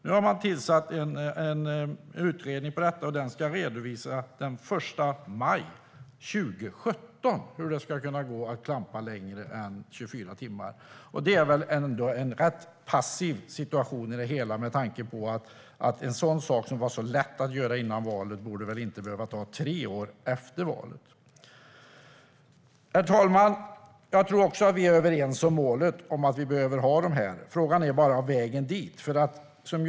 Nu har det tillsatts en utredning om att man ska kunna klampa längre än 24 timmar. Den ska redovisas den 1 maj 2017. Det är ändå rätt passivt, med tanke på att en sådan sak som före valet skulle vara så lätt att göra inte borde behöva ta tre år. Herr talman! Jag tror också att vi är överens om målet. Frågan är bara hur vägen dit ska se ut.